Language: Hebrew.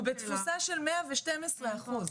הוא בתפוסה של מאה ושתיים עשרה אחוז.